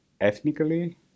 ethnically